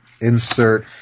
insert